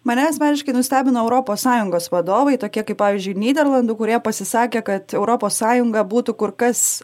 mane asmeniškai nustebino europos sąjungos vadovai tokie kaip pavyzdžiui nyderlandų kurie pasisakė kad europos sąjunga būtų kur kas